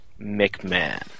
McMahon